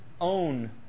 own